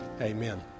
amen